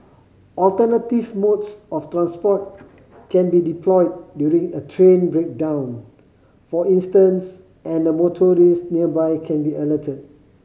alternative modes of transport can be deployed during a train breakdown for instance and motorist nearby can be alerted